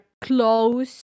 close